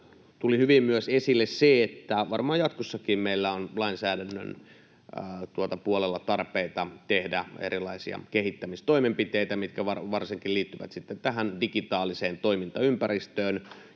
tuli hyvin myös esille, että varmaan jatkossakin meillä on lainsäädännön puolella tarpeita tehdä erilaisia kehittämistoimenpiteitä, mitkä varsinkin liittyvät sitten tähän digitaaliseen toimintaympäristöön,